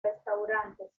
restaurantes